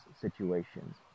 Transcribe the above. situations